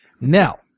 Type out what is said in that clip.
Now